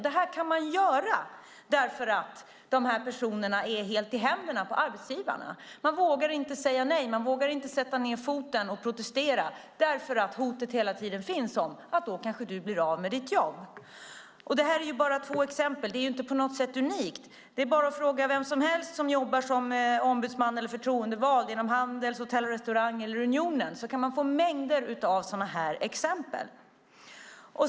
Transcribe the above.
Detta kan man göra därför att dessa personer är helt i händerna på arbetsgivarna. De vågar inte säga nej. De vågar inte sätta ned foten och protestera eftersom hotet om att de då kanske blir av med jobbet hela tiden finns där. Detta är bara två exempel. Det är inget som på något sätt är unikt. Det är bara att fråga vem som helst som jobbar som ombudsman eller förtroendevald inom Handels, Hotell och Restaurangfacket eller Unionen så kan man få mängder av sådana här exempel.